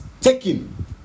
taken